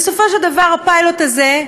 בסופו של דבר הפיילוט הזה,